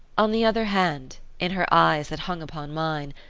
on the other hand, in her eyes that hung upon mine,